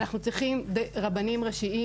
אנחנו צריכים רבנים ראשיים